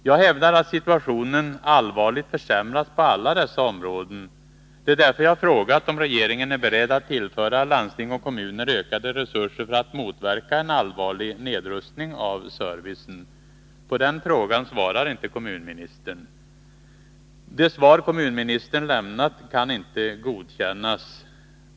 Jag hävdar att situationen allvarligt försämrats på alla dessa områden. Det är därför jag har frågat om regeringen är beredd att tillföra landsting och kommuner ökade resurser för att motverka en allvarlig nedrustning av servicen. På den frågan svarar inte kommunministern. Det svar kommunministern lämnat kan inte godkännas.